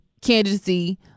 candidacy